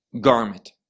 garment